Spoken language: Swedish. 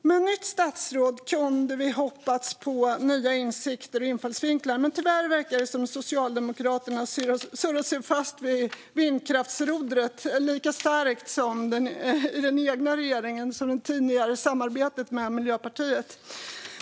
Med ett nytt statsråd kunde vi ha hoppats på nya insikter och infallsvinklar, men tyvärr verkar det som att Socialdemokraterna har surrat fast sig vid vindkraftsrodret lika starkt i den egna regeringen som det tidigare samarbetspartiet Miljöpartiet.